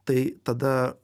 tai tada